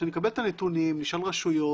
כשנקבל את הנתונים נשאל רשויות,